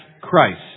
Christ